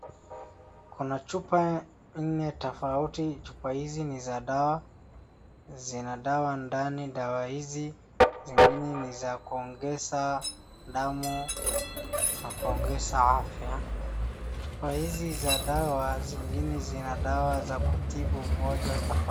Kuna chupa nne tofauti. Chupa hizi ni za dawa, zina dawa ndani. Dawa hizi zingine ni za kuongeza damu na kuongeza afya. Chupa hizi za dawa zingine zina dawa za kutibu ugonjwa tofauti.